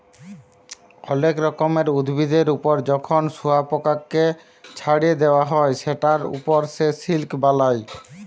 অলেক রকমের উভিদের ওপর যখন শুয়পকাকে চ্ছাড়ে দেওয়া হ্যয় সেটার ওপর সে সিল্ক বালায়